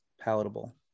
palatable